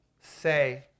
say